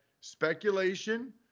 speculation